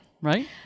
right